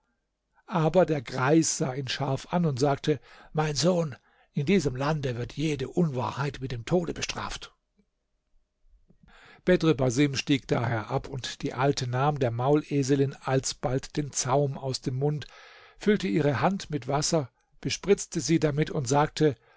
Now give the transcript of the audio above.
aber der greis sah ihn scharf an und sagte mein sohn in diesem lande wird jede unwahrheit mit dem tode bestraft bedr basim stieg daher ab und die alte nahm der mauleselin alsbald den zaum aus dem mund füllte ihre hand mit wasser bespritzte sie damit und sagte